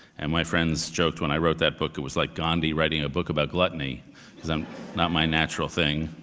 and my friends joked, when i wrote that book, it was like gandhi writing a book about gluttony because, um not my natural thing.